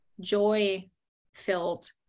joy-filled